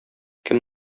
кем